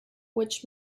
which